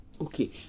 Okay